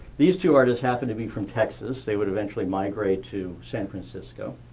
these two artists happened to be from texas. they would eventually migrate to san francisco.